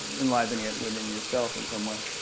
enlivening it within yourself in some way.